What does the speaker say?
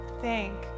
thank